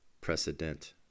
Precedent